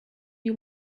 you